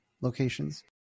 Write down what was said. locations